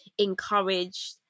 encouraged